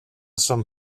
some